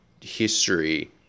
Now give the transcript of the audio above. history